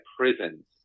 prisons